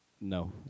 No